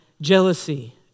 jealousy